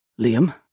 Liam